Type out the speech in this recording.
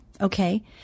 okay